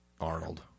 Arnold